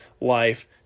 life